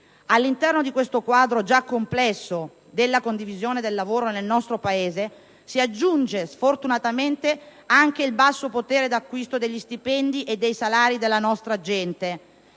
All'interno di questo quadro già complesso della condivisione del lavoro nel nostro Paese si aggiunge sfortunatamente anche il basso potere d'acquisto degli stipendi e dei salari della nostra gente